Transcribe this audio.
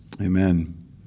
Amen